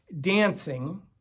dancing